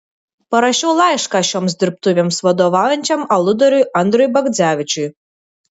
parašiau laišką šioms dirbtuvėms vadovaujančiam aludariui andriui bagdzevičiui